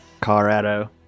Colorado